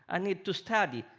i need to study.